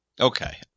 Okay